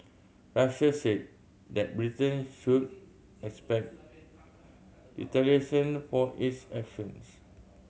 russia said that Britain should expect for its actions